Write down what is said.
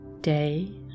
day